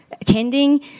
attending